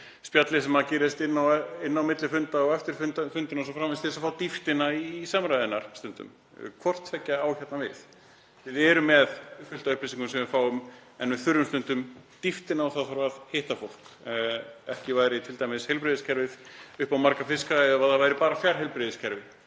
spjallið sem gerist inn á milli funda og eftir fundina o.s.frv. til að fá dýptina í samræðurnar, stundum. Hvort tveggja á við hérna, því að við erum með fullt af upplýsingum sem við fáum en við þurfum stundum dýptina og það þarf að hitta fólk. Ekki væri t.d. heilbrigðiskerfið upp á marga fiska ef það væri bara fjarheilbrigðiskerfi.